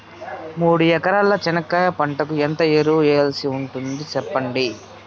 మూడు ఎకరాల చెనక్కాయ పంటకు ఎంత ఎరువులు వేయాల్సి ఉంటుంది సెప్పండి?